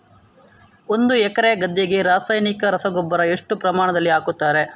ಒಂದು ಎಕರೆ ಗದ್ದೆಗೆ ರಾಸಾಯನಿಕ ರಸಗೊಬ್ಬರ ಎಷ್ಟು ಪ್ರಮಾಣದಲ್ಲಿ ಹಾಕುತ್ತಾರೆ?